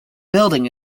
building